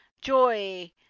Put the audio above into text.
joy